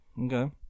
Okay